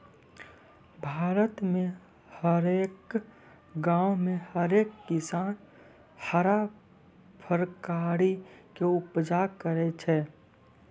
भारत मे हरेक गांवो मे हरेक किसान हरा फरकारी के उपजा करै छै